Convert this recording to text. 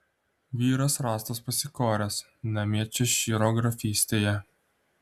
vyras rastas pasikoręs namie češyro grafystėje